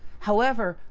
however,